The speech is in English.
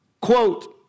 quote